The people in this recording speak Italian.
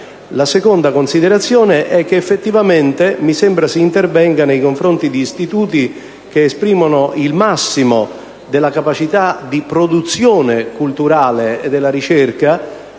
La seconda considerazione è che effettivamente mi sembra si intervenga nei confronti di istituti che esprimono il massimo della capacità di produzione culturale e della ricerca.